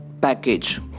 package